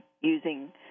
using